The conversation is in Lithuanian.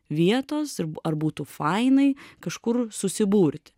vietos ir ar būtų fainai kažkur susiburt